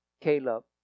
Caleb